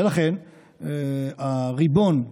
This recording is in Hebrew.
ולכן הריבון,